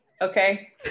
okay